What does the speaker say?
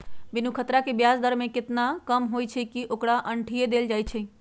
बिनु खतरा के ब्याज दर में खतरा एतना कम होइ छइ कि ओकरा अंठिय देल जाइ छइ